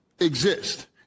exist